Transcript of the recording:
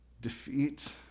Defeat